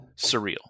surreal